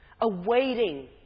awaiting